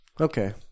Okay